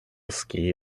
ski